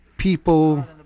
people